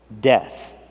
death